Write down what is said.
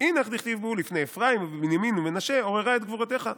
"אינך דכתיב בהו 'לפני אפרים ובנימן ומנשה עוררה את גבורתך'"